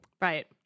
Right